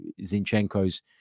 Zinchenko's